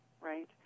Right